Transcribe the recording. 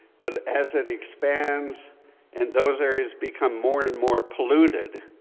but as it expands and those areas become more and more polluted,